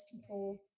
people